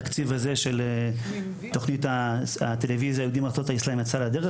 התקציב של תכנית הטלוויזיה: "יהודים מארצות האסלאם" יצא לדרך.